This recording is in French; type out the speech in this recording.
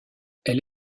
elle